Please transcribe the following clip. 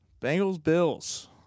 Bengals-Bills